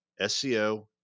SEO